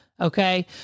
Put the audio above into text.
Okay